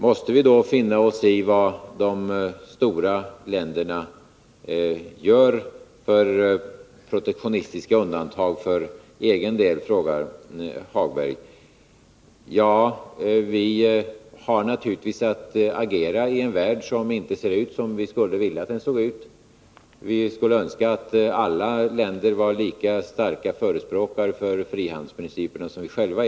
Måste vi då finna oss i vad de stora länderna gör i fråga om protektionistiska undantag för egen del? frågar herr Hagberg. Vi har naturligtvis att agera i en värld som inte ser ut som vi skulle vilja att den såg ut. Vi skulle önska att alla länder var lika starka förespråkare för frihandelsprinciperna som vi själva.